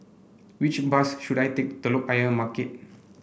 which bus should I take Telok Ayer Market